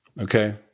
Okay